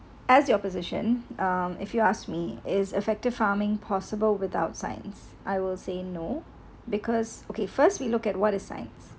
as your position um if you ask me is effective farming possible without science I will say no because okay first we look at what is science